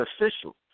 official